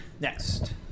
next